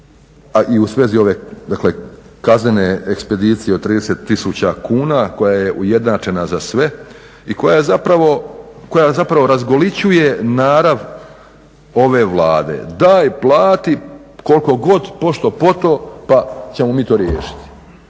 i u svezi ove kaznene ekspedicije od 30 000 kuna koja je ujednačena za sve i koja zapravo razgolićuje narav ove Vlade. Daj plati koliko god, pošto poto pa ćemo mi to riješiti,